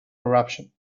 corruption